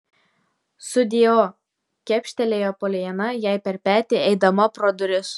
sudieu kepštelėjo poliana jai per petį eidama pro duris